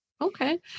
Okay